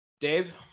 Dave